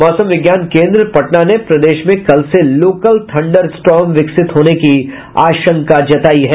मौसम विज्ञान केंद्र पटना ने प्रदेश में कल से लोकल थंडर स्टॉर्म विकसित होने की आशंका जतायी है